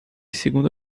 segundo